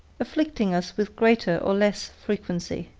afflicting us with greater or less frequency.